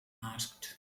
asked